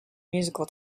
musical